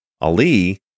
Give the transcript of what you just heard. Ali